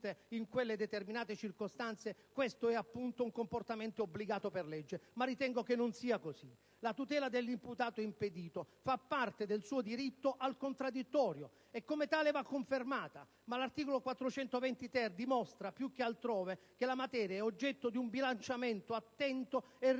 in quelle determinate circostanze, questo è, appunto, un comportamento obbligato per legge, ma io ritengo che non sia così. La tutela dell'imputato impedito fa parte del suo diritto al contraddittorio e, come tale, va confermata. Ma l'articolo 420-*ter* dimostra, più che altrove, che la materia è oggetto di un bilanciamento attento e rigoroso